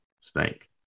snake